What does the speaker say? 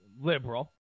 Liberal